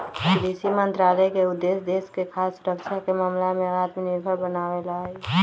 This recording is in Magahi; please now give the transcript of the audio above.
कृषि मंत्रालय के उद्देश्य देश के खाद्य सुरक्षा के मामला में आत्मनिर्भर बनावे ला हई